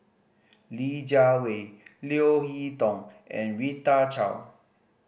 Li Jiawei Leo Hee Tong and Rita Chao